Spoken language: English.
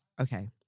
Okay